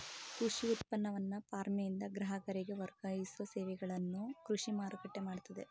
ಕೃಷಿ ಉತ್ಪನ್ನವನ್ನ ಫಾರ್ಮ್ನಿಂದ ಗ್ರಾಹಕರಿಗೆ ವರ್ಗಾಯಿಸೋ ಸೇವೆಗಳನ್ನು ಕೃಷಿ ಮಾರುಕಟ್ಟೆ ಮಾಡ್ತದೆ